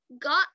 got